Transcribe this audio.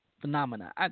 phenomena